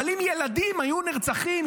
אבל אם ילדים היו נרצחים,